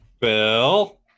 Bill